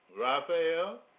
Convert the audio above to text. Raphael